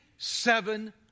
Seven